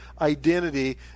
identity